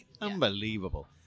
unbelievable